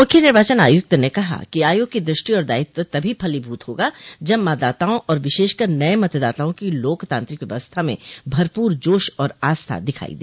मुख्य निर्वाचन आयुक्त ने कहा कि आयोग की दृष्टि और दायित्व तभी फलीभूत होगा जब मतदाताओं और विशेषकर नये मतदाताओं की लाकतांत्रिक व्यवस्था में भरपूर जोश और आस्था दिखाई दे